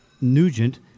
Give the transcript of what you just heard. Nugent